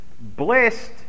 blessed